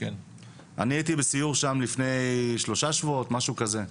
אני הייתי בסיור שם לפני שלושה שבועות, משהו כזה.